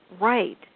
right